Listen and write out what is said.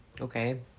Okay